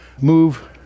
move